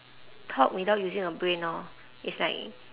talk without using a brain orh it's like